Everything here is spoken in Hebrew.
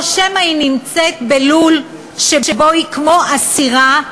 או שמא היא נמצאת בלול שבו היא כמו אסירה,